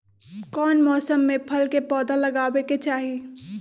कौन मौसम में फल के पौधा लगाबे के चाहि?